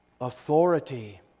authority